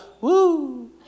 woo